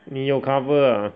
你有 cover ah